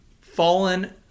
fallen